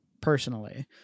personally